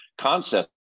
concept